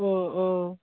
ꯎꯝ ꯎꯝ